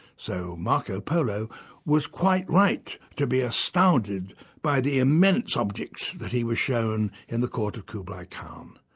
so marco polo was quite right to be astounded by the immense objects that he was shown in the court of kublai khan.